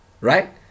right